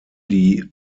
die